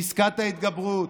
פסקת ההתגברות,